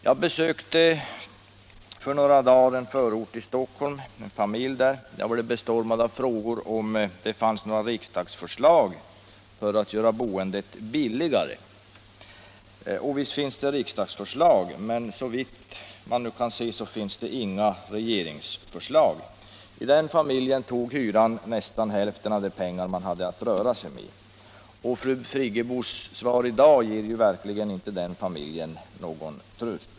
Jag besökte för några dagar sedan en familj i en förort till Stockholm. Jag blev bestormad av frågor om det fanns några riksdagsförslag om att göra boendet billigare. Visst finns det riksdagsförslag, men såvitt jag kan se inga regeringsförslag. För den familjen tog hyran nästan hälften av de pengar man hade att röra sig med. Fru Friggebos svar här i dag ger verkligen inte någon tröst till den familjen.